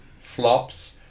Flops